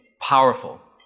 powerful